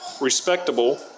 respectable